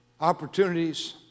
Opportunities